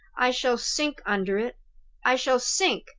i shall sink under it i shall sink,